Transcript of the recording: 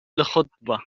الخطبة